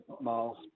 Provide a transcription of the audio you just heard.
Miles